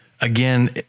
Again